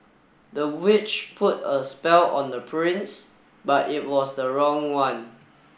the witch put a spell on the prince but it was the wrong one